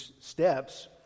steps